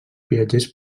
viatgers